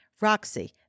Roxy